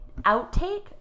outtake